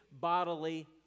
bodily